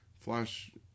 Flash